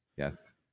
Yes